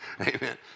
Amen